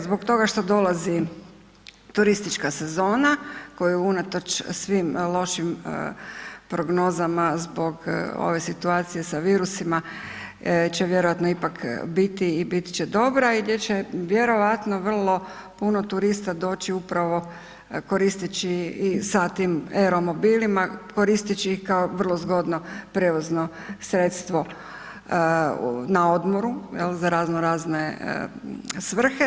Zbog toga što dolazi turistička sezona koja unatoč svim lošim prognozama zbog ove situacije sa virusima će vjerojatno ipak biti i bit će dobra i gdje će vjerojatno puno turista doći upravo koristeći i sa tim e-romobilima koristeći ih kao vrlo zgodno prijevozno sredstvo na odmoru za raznorazne svrhe.